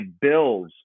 bills